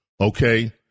Okay